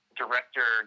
director